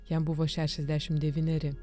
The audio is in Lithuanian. jam buvo šešiasdešim devyneri